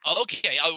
Okay